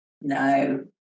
No